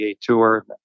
tour